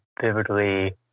vividly